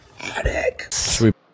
attic